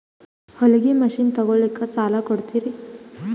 ಹೊಲಗಿ ಮಷಿನ್ ತೊಗೊಲಿಕ್ಕ ಸಾಲಾ ಕೊಡ್ತಿರಿ?